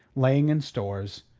laying in stores.